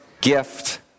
gift